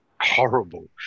horrible